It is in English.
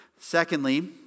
Secondly